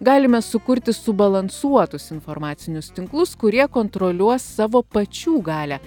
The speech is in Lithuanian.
galime sukurti subalansuotus informacinius tinklus kurie kontroliuos savo pačių galią